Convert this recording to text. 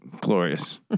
glorious